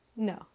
No